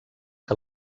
que